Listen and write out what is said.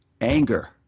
Anger